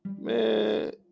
Man